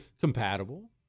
compatible